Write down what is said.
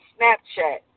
Snapchat